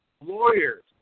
lawyers